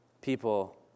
people